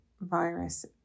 virus